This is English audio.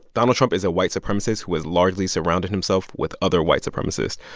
donald trump is a white supremacist who has largely surrounded himself with other white supremacists.